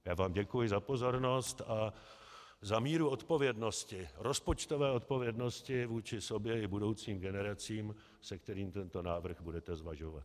Já vám děkuji za pozornost a za míru odpovědnosti, rozpočtové odpovědnosti vůči sobě i budoucím generacím, se kterou tento návrh budete zvažovat.